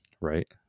right